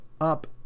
up